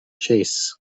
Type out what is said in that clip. chase